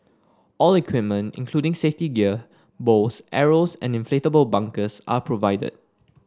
all equipment including safety gear bows arrows and inflatable bunkers are provided